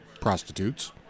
prostitutes